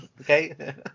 Okay